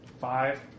Five